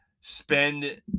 spend